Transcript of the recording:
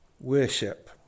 worship